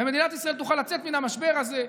ומדינת ישראל תוכל לצאת מן המשבר הזה,